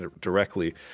directly